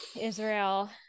israel